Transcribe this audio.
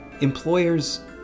employers